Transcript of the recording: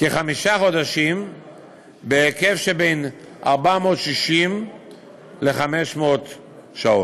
כחמישה חודשים בהיקף שבין 460 ל-500 שעות.